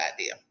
idea